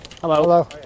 Hello